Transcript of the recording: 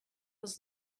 was